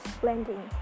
blending